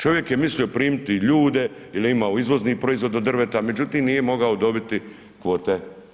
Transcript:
Čovjek je mislio primiti ljude jer je imao izvozni proizvod od drveta međutim nije mogao dobiti kvote.